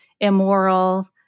immoral